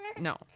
No